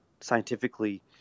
scientifically